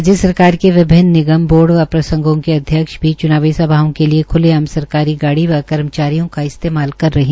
राज्य सरकार के विभिन्न निगमए बोर्ड व प्रसंघों के अध्यक्ष भी च्नावी सभाओं के लिए ख्लेआम सरकारी गाड़ी व कर्मचारियों का इस्तेमाल कर रहे हैं